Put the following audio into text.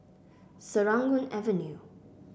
Serangoon Avenue